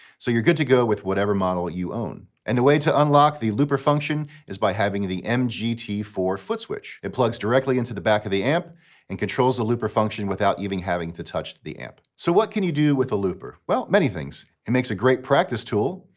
so you're good to go with whatever model you own. and the way to unlock the looper function is by having the mgt four footswitch. it plugs directly into the back of the amp and controls the looper function without even having to touch the amp. so what can you do with a looper? well, many things. it makes a great practice tool,